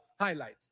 highlight